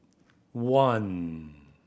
one